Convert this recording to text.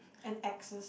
and axes